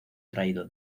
traído